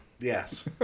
Yes